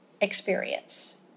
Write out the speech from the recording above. experience